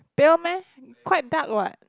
pale meh quite dark what